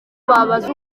babaze